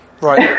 Right